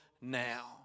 now